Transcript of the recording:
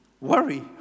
Worry